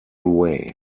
way